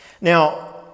now